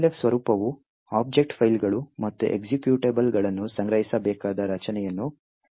Elf ಸ್ವರೂಪವು object ಫೈಲ್ಗಳು ಮತ್ತು ಎಕ್ಸಿಕ್ಯೂಟೇಬಲ್ಗಳನ್ನು ಸಂಗ್ರಹಿಸಬೇಕಾದ ರಚನೆಯನ್ನು ವಿವರಿಸುತ್ತದೆ